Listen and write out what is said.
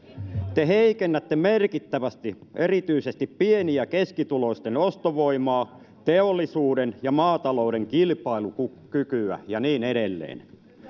te heikennätte merkittävästi erityisesti pieni ja keskituloisten ostovoimaa teollisuuden ja maatalouden kilpailukykyä ja niin edelleen